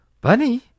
Bunny